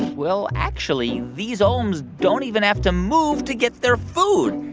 well, actually, these olms don't even have to move to get their food.